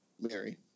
Mary